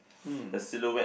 the silhoutte